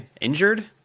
Injured